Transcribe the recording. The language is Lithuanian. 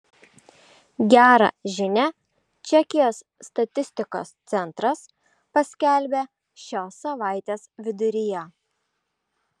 gerą žinią čekijos statistikos centras paskelbė šios savaitės viduryje